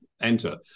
enter